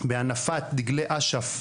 בהנפת דגלי אש"ף,